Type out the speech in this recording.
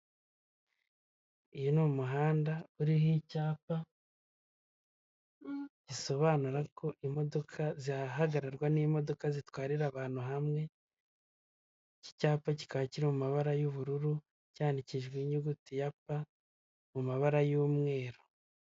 Uyu ni umuhanda uriho icyapa gisobanura ko imodoka zihagarara n'imodoka zitwarira abantu hamwe iki cyapa kikaba kiri mu mabara y'ubururu cyandikijwe inyuguti ya pa mu mabara y'umweru.